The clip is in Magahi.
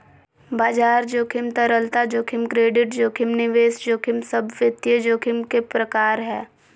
बाजार जोखिम, तरलता जोखिम, क्रेडिट जोखिम, निवेश जोखिम सब वित्तीय जोखिम के प्रकार हय